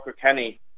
Kenny